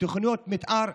תוכניות מתאר,